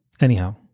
Anyhow